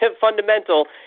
fundamental